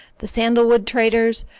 the sandalwood traders,